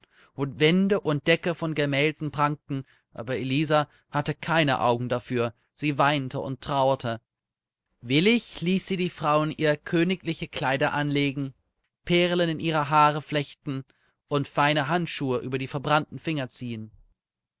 wo wände und decke von gemälden prangten aber elisa hatte keine augen dafür sie weinte und trauerte willig ließ sie die frauen ihr königliche kleider anlegen perlen in ihre haare flechten und feine handschuhe über die verbrannten finger ziehen